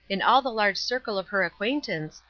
in all the large circle of her acquaintance,